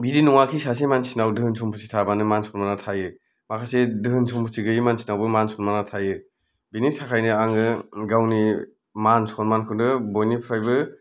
बिदि नङाखि सासे मानसिनाव धोन सम्फुथि थाबानो मान सनमानआ थायो माखासे धोन सम्फुथि गोयै मानसिनावबो मान सनमानआ थायो बेनि थाखायनो आङो गावनि मान सनमानखौनो बयनिफ्रायबो